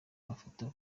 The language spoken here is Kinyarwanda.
mafoto